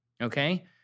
Okay